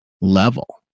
level